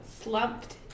slumped